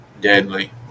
deadly